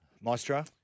Maestro